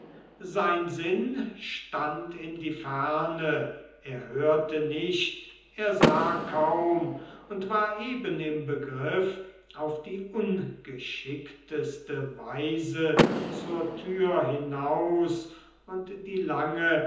sein sinn stand in die ferne er hörte nicht er sah kaum und war eben im begriff auf die ungeschickteste weise zur türe hinaus und die lange